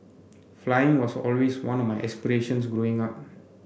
flying was always one of my aspirations Growing Up